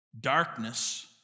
Darkness